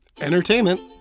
entertainment